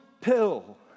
pill